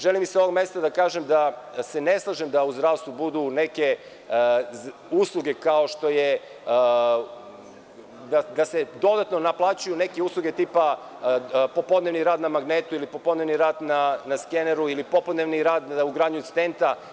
Želim sa ovog mesta da kažem da se ne slažem da u zdravstvu budu neke usluge kao što je da se dodatno naplaćuju neke usluge tipa popodnevni rad na magnetu ili popodnevni rad na skeneru ili popodnevni rad na ugradnju stenta.